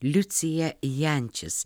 liucija jančis